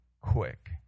quick